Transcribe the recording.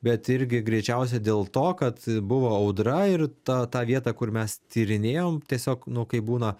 bet irgi greičiausiai dėl to kad buvo audra ir ta ta vieta kur mes tyrinėjome tiesiog nu kaip būna